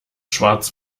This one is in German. schwarz